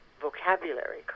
vocabulary